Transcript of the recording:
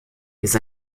ist